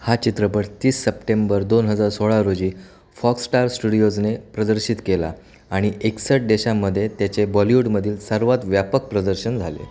हा चित्रपट तीस सप्टेंबर दोन हजार सोळा रोजी फॉक स्टार स्टुडिओजने प्रदर्शित केला आणि एकसष्ट देशामध्ये त्याचे बॉलिवूडमधील सर्वात व्यापक प्रदर्शन झाले